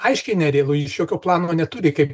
aiškiai nerealu jis jokio plano neturi kaip